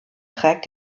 trägt